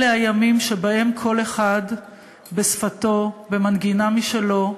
אלה הימים שבהם כל אחד בשפתו, במנגינה משלו,